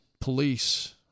police